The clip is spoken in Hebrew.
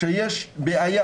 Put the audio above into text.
כשיש בעיה.